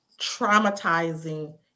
traumatizing